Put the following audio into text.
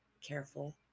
careful